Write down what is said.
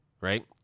Right